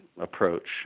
approach